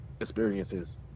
experiences